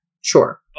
sure